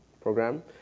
program